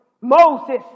Moses